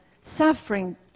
suffering